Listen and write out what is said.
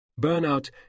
Burnout